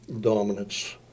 dominance